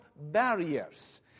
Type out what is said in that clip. barriers